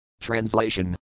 Translation